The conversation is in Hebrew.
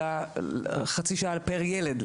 אלא חצי שעה פר ילד.